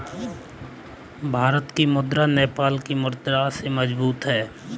भारत की मुद्रा नेपाल की मुद्रा से मजबूत है